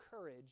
courage